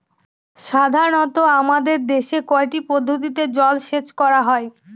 সাধারনত আমাদের দেশে কয়টি পদ্ধতিতে জলসেচ করা হয়?